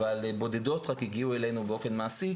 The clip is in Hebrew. אבל רק בודדות הגיעו אלינו באופן מעשי,